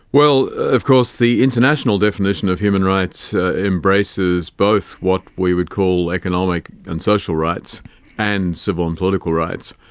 well, of course the international definition of human rights embraces both what we would call economic and social rights and civil and political rights.